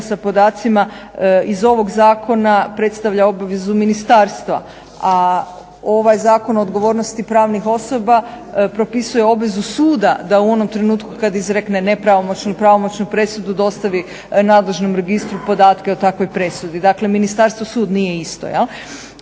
sa podacima iz ovog zakona predstavlja obavezu ministarstva, a ovaj Zakon o odgovornosti pravnih osoba propisuje obvezu suda da u onom trenutku kad izrekne nepravomoćnu i pravomoćnu presudu dostavi nadležnom registru podatke o takvoj presudi. Dakle, ministarstvo i sud nije isto jel'.